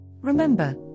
Remember